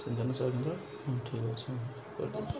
ଜନ ସେବା କେନ୍ଦ୍ର ହଁ ଠିକ୍ ଅଛି